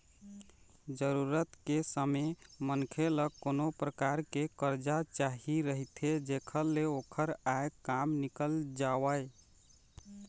जरूरत के समे मनखे ल कोनो परकार के करजा चाही रहिथे जेखर ले ओखर आय काम निकल जावय